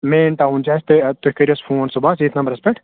main town چھُ اَسہِ تُہۍ تُہۍ کٔرِو اَسہِ فون صُبحَس ییٚتھ نمبرَس پیٚٹھ